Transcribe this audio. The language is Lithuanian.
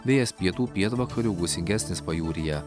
vėjas pietų pietvakarių gūsingesnis pajūryje